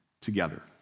together